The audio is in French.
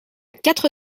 quatre